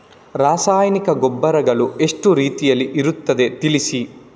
ರಾಸಾಯನಿಕ ಗೊಬ್ಬರಗಳು ಎಷ್ಟು ರೀತಿಯಲ್ಲಿ ಇರ್ತದೆ ತಿಳಿಸಿ?